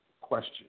question